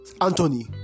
Anthony